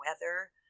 weather